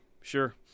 sure